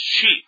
cheap